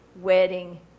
wedding